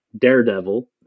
Daredevil